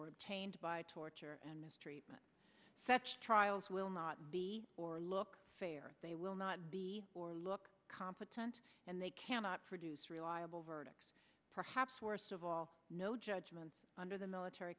were obtained by torture and mistreatment such trials will not be or look fair they will not be or look competent and they cannot produce reliable verdicts perhaps worst of all no judgments under the military